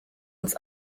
uns